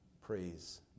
Praise